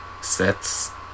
sets